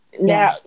now